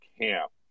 camp